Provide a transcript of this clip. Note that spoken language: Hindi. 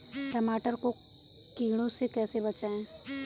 टमाटर को कीड़ों से कैसे बचाएँ?